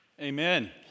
Amen